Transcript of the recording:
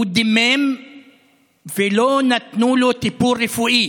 הוא דימם ולא נתנו לו טיפול רפואי,